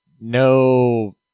no